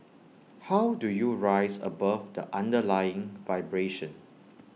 how do you rise above the underlying vibration